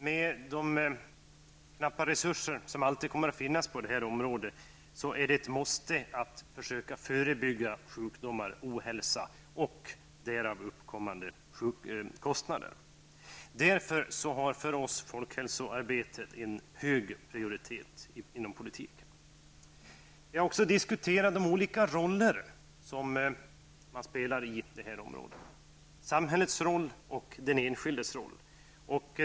Med de knappa resurser som alltid kommer att finnas på det här området är det ett måste att försöka förebygga sjukdomar, ohälsa och därav uppkommande kostnader. Därför har för oss folkhälsoarbetet en hög prioritet inom politiken. Vi har också diskuterat de olika rollerna i det här sammanhanget -- samhällets roll och den enskildes roll.